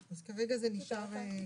אז כרגע זה נשאר ככה.